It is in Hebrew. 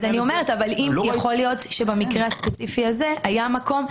יכול להיות שבמקרה הספציפי הזה היה מקום.